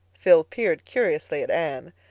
phil peered curiously at anne.